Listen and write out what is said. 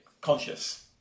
conscious